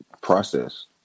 process